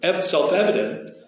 self-evident